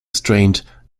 strained